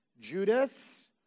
Judas